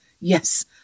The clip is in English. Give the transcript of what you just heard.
Yes